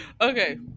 Okay